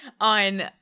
on